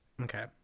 okay